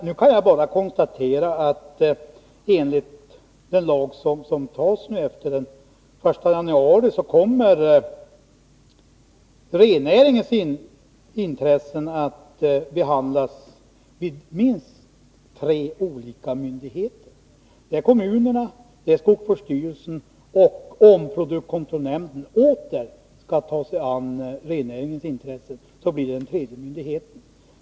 Jag kan bara konstatera att enligt den lag som antas kommer efter den 1 januari rennäringens intressen att behandlas vid minst tre olika myndigheter, nämligen kommunerna, skogsvårdsstyrelsen och produktkontrollnämnden, om denna åter skall ta sig an rennäringens intressen.